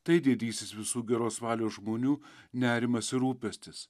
tai didysis visų geros valios žmonių nerimas ir rūpestis